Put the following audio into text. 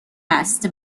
است